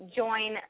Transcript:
join